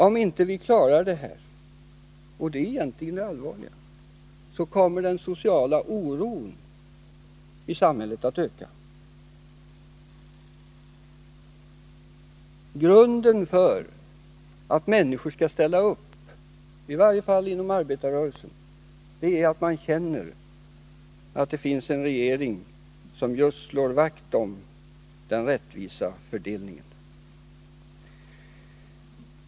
Om vi inte klarar det här — och det är egentligen det allvarliga — kommer den sociala oron i samhället att öka. Grunden för att människor skall ställa upp — i varje fall inom arbetarrörelsen — är att man känner att det finns en regering som just slår vakt om den rättvisa fördelningen.